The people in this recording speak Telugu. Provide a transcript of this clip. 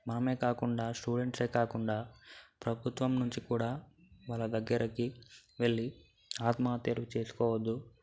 మనమే కాకుండా స్టూడెంట్సే కాకుండా ప్రభుత్వం నుంచి కూడా వాళ్ళ దగ్గరికి వెళ్ళి ఆత్మహత్యలు చేసుకోవద్దు